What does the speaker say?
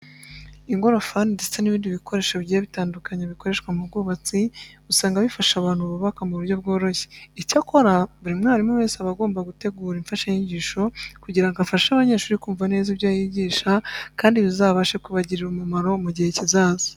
Ingorofani ndetse n'ibindi bikoresho bigiye bitandukanye bikoreshwa mu bwubatsi, usanga bifasha abantu bubaka mu buryo bworoshye. Icyakora buri mwarimu wese aba agomba gutegura imfashanyigisho kugira ngo afashe abanyeshuri kumva neza ibyo yigisha kandi bizabashe kubagirira umumaro mu gihe kizaza.